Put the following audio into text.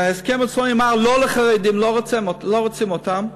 בהסכם עצמו נאמר: לא לחרדים, לא רוצים אותם.